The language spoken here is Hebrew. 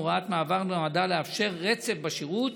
הוראת המעבר נועדה לאפשר רצף בשירות